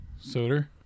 Soda